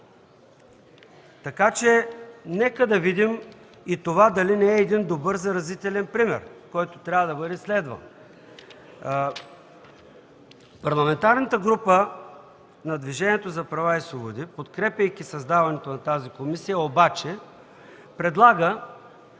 Така че нека да видим и дали това не е един добър заразителен пример, който трябва да бъде следван. Парламентарната група на Движението за права и свободи, подкрепяйки създаването на тази комисия обаче, предлага